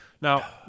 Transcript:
Now